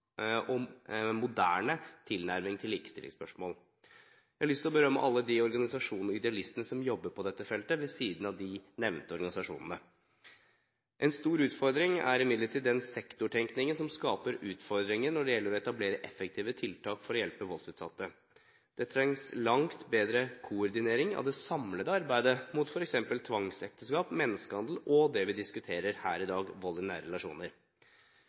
moderne tilnærming til likestillingsspørsmål. Jeg har lyst til å berømme alle organisasjonene og idealistene som jobber på dette feltet, ved siden av de nevnte organisasjonene. En stor utfordring er imidlertid den sektortenkningen som skaper utfordringer når det gjelder å etablere effektive tiltak for å hjelpe voldsutsatte. Det trengs langt bedre koordinering av det samlede arbeidet mot f.eks. tvangsekteskap, menneskehandel og det vi diskuterer her i dag: